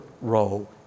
role